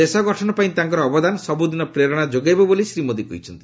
ଦେଶ ଗଠନ ପାଇଁ ତାଙ୍କର ଅବଦାନ ସବୁଦିନ ପ୍ରେରଣା ଯୋଗାଇବ ବୋଲି ଶ୍ରୀ ମୋଦି କହିଛନ୍ତି